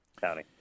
County